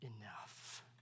enough